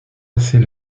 assez